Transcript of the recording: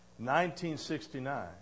1969